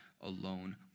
alone